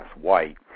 white